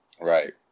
Right